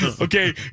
Okay